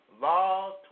Law